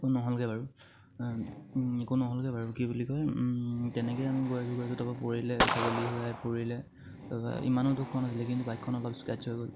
একো নহ'লগে বাৰু একো নহ'লগে বাৰু কি বুলি কয় তেনেকে আমি গৈ আছোঁ গৈছোঁ তাপা পৰিলে ছাগলী হৈ পৰিলে তাপা ইমানো দুখ পোৱা নাছিলে কিন্তু বাইকখন অলপ স্কেটছ হৈ গ'ল